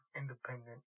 independent